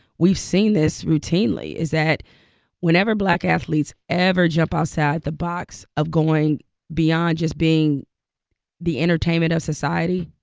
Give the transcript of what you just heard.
we've seen this routinely is that whenever black athletes ever jump outside the box of going beyond just being the entertainment of society,